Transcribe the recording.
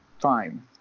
fine